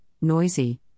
noisy